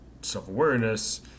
self-awareness